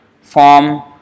form